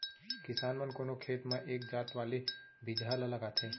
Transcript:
किसान मन कोनो खेत म एक जात वाले बिजहा ल लगाथें